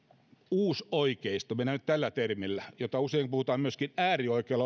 uusoikeisto mennään nyt tällä termillä ja usein puhutaan myöskin äärioikealla